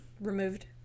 removed